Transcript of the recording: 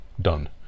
done